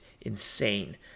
insane